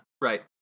Right